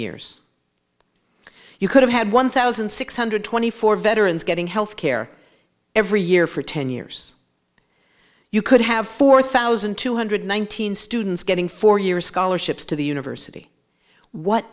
years you could have had one thousand six hundred twenty four veterans getting health care every year for ten years you could have four thousand two hundred one thousand students getting four years scholarships to the university what